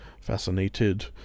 fascinated